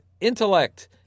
intellect